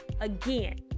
again